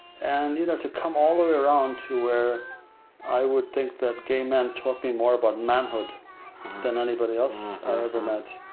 and you know to come all the way around to where i would think that gay men taught me more about manhood than anybody else i ever met,